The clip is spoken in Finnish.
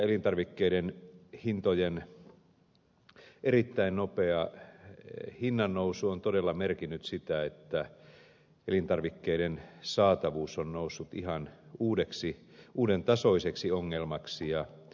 elintarvikkeiden hintojen erittäin nopea nousu on todella merkinnyt sitä että elintarvikkeiden saatavuus on noussut ihan uuden tasoiseksi ongelmaksi